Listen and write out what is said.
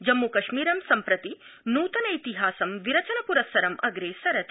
जम्मूकश्मीरं सम्प्रति नूतनैतिहासं विरचन पुरस्सरं अग्रेसरति